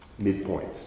midpoints